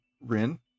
Rin